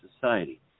society